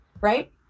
right